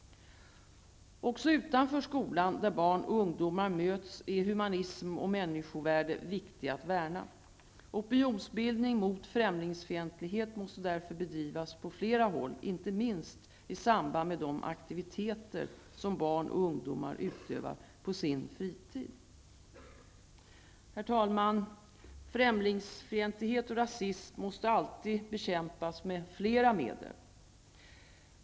Också utanför skolan där barn och ungdomar möts är humanism och människovärde viktiga att värna. Opinionsbildning mot främlingsfientlighet måste därför bedrivas på flera håll, inte minst i samband med de aktiviteter som barn och ungdomar utövar på sin fritid. Herr talman! Främlingsfientlighet och rasism måste alltid bekämpas med flera medel.